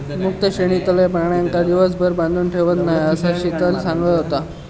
मुक्त श्रेणीतलय प्राण्यांका दिवसभर बांधून ठेवत नाय, असा शीतल सांगा होता